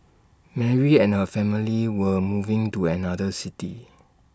Mary and her family were moving to another city